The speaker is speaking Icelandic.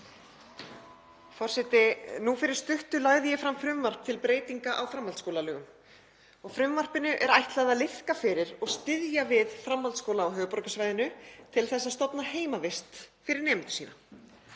Forseti. Nú fyrir stuttu lagði ég fram frumvarp til breytinga á framhaldsskólalögum. Frumvarpinu er ætlað að liðka fyrir og styðja við framhaldsskóla á höfuðborgarsvæðinu til að stofna heimavist fyrir nemendur sína.